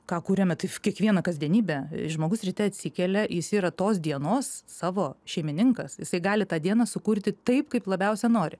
ką kuriame tai kiekvieną kasdienybę žmogus ryte atsikelia jis yra tos dienos savo šeimininkas jisai gali tą dieną sukurti taip kaip labiausia nori